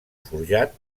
forjat